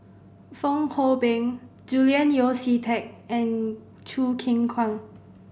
Fong Hoe Beng Julian Yeo See Teck and Choo Keng Kwang